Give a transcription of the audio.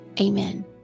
amen